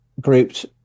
grouped